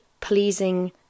pleasing